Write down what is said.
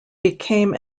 became